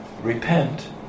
Repent